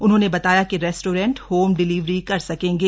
उन्होने बताया कि रेस्टोरेंट होम डिलीवरी कर सकेंगे